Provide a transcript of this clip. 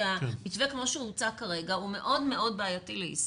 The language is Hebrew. כי המתווה כמו שהוצע כרגע הוא מאוד מאוד בעייתי ליישום.